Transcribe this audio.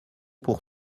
pour